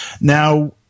Now